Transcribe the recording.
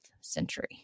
century